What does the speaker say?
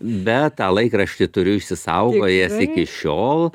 bet tą laikraštį turiu išsisaugojęs iki šiol